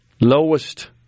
lowest